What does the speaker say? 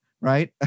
right